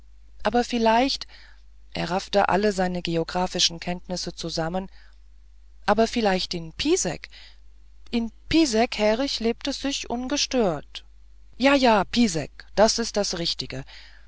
aber vielleicht er raffte alle seine geographischen kenntnisse zusammen aber vielleicht in pisek in pisek här ich lebt es sich ungestört jaja pisek das ist das richtige